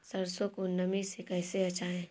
सरसो को नमी से कैसे बचाएं?